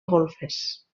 golfes